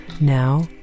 Now